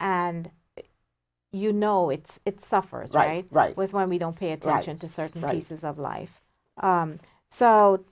and you know it's it suffers right right with when we don't pay attention to certain releases of life so